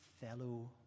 fellow